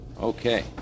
Okay